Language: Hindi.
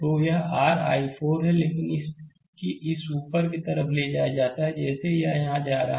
स्लाइड समय देखें 3053 तो यह r i4 है लेकिन इसे ऊपर की तरफ ले जाया जाता है जैसे यह जा रहा है